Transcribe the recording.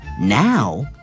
Now